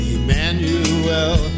Emmanuel